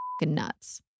nuts